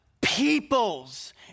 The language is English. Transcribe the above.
peoples